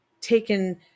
taken